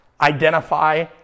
identify